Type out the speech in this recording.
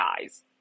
guys